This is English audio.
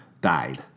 died